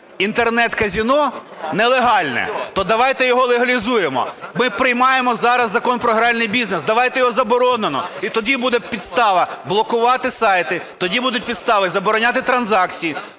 Інтернет-казино нелегальне, то давайте його легалізуємо. Ми приймаємо зараз Закон про гральний бізнес, давайте його заборонимо і тоді буде підстава блокувати сайти, тоді будуть підстави забороняти транзакції,